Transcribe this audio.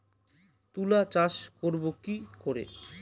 তুলা চাষ করব কি করে?